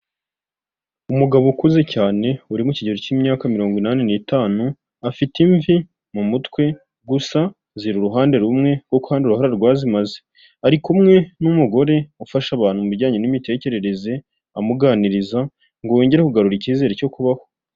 Umugabo ukuze cyane uri mu kigero k'imyaka mirongo inani ni'itanu, afite imvi mu mutwe gusa ziri uruhande rumwe, kuko ahandi uruhara rwazimamaze, ari kumwe n'umugore ufasha abantu mu bijyanye n'imitekerereze, amuganiriza ngo yongere kugarura ikizere cyo kubaho.